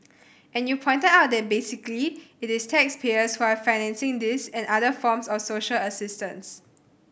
and you've pointed out that basically it is taxpayers who are financing this and other forms of social assistance